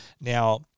Now